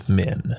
men